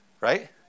right